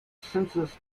census